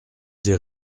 des